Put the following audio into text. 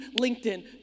LinkedIn